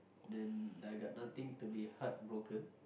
then I got nothing to be heartbroken